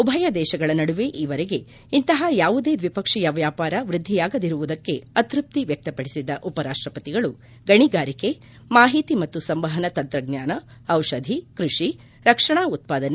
ಉಭಯ ದೇಶಗಳ ನಡುವೆ ಈವರೆಗೆ ಇಂತಹ ಯಾವುದೇ ದ್ವಿಪಕ್ಷೀಯ ವ್ಯಾಪಾರ ವ್ಯದ್ದಿಯಾಗದಿರುವುದಕ್ಕೆ ಅತ್ಯಪ್ತಿ ವ್ಯಕ್ತಪಡಿಸಿದ ಉಪರಾಪ್ಲಪತಿಗಳು ಗಣಿಗಾರಿಕೆ ಮಾಹಿತಿ ಮತ್ತು ಸಂವಹನ ತಂತ್ರಜ್ಞಾನ ಔಷಧಿ ಕೃಷಿ ರಕ್ಷಣಾ ಉತ್ತಾದನೆ